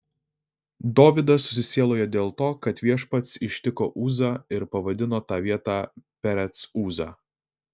dovydas susisielojo dėl to kad viešpats ištiko uzą ir pavadino tą vietą perec uza